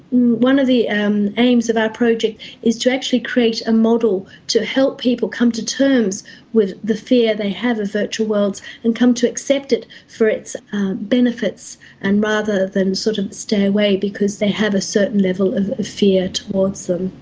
one of the and aims of our project is to actually create a model to help people come to terms with the fear they have of virtual worlds and come to accept it for its benefits and rather than sort of stay away because they have a certain level of fear towards them.